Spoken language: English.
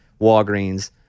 walgreens